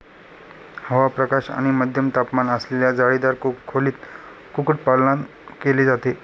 हवा, प्रकाश आणि मध्यम तापमान असलेल्या जाळीदार खोलीत कुक्कुटपालन केले जाते